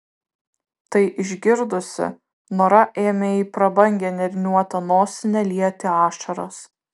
tai išgirdusi nora ėmė į prabangią nėriniuotą nosinę lieti ašaras